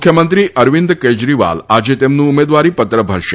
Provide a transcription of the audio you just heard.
મુખ્યમંત્રી અરવિંદ કેજરીવાલઆજે તેમનું ઉમેદવારીપત્ર ભરશે